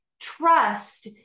trust